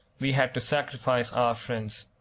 we had to sacrifice our friends.